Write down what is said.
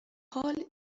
حال